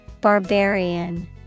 Barbarian